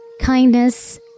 kindness